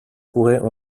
pourraient